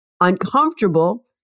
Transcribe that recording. uncomfortable